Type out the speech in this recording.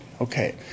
Okay